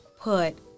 put